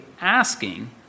asking